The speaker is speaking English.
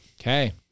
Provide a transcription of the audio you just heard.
Okay